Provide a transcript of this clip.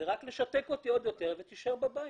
זה רק לשתק אותי עוד יותר ותישאר בבית.